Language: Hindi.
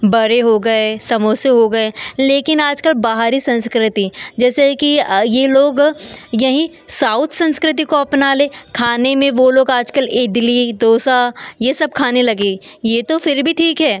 बड़े हो गए समोसे हो गए लेकिन आजकल बाहरी संस्कृति जैसे कि यह लोग यहीं साउथ संस्कृति को अपना ले खाने में वह लोग आजकल इडली दोसा यह सब खाने लगे यह तो फिर भी ठीक है